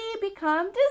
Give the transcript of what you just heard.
become